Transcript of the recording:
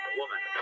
woman